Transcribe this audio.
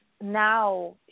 now